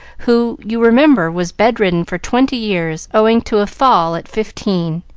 who, you remember, was bedridden for twenty years, owing to a fall at fifteen.